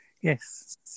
Yes